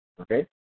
okay